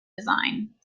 design